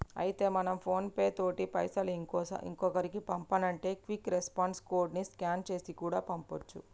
అయితే మనం PhonePe తోటి పైసలు ఇంకొకరికి పంపానంటే క్విక్ రెస్పాన్స్ కోడ్ ని స్కాన్ చేసి కూడా పంపొచ్చు